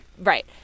right